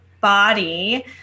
body